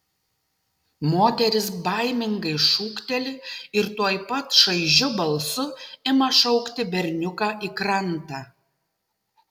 moteris baimingai šūkteli ir tuoj pat šaižiu balsu ima šaukti berniuką į krantą